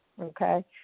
Okay